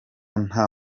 nta